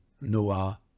Noah